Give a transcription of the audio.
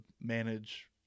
manage